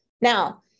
now